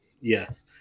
Yes